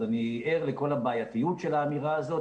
אז אני ער לכל הבעייתיות של האמירה הזאת,